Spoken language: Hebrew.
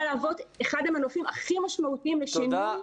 להוות אחד המנופים הכי משמעותיים לשינוי.